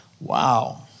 Wow